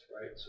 right